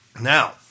Now